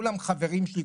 שכולם חברים שלי,